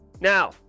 now